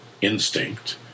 instinct